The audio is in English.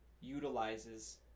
utilizes